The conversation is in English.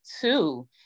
two